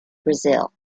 brazil